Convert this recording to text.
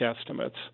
estimates